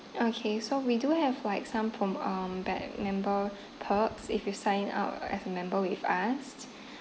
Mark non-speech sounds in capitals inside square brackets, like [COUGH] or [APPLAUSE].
okay so we do have like some from um pe~ member perks if you sign up as a member with us [BREATH]